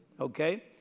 Okay